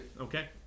Okay